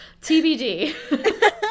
tbd